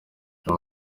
aya